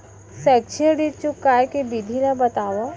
शैक्षिक ऋण चुकाए के विधि ला बतावव